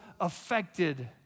affected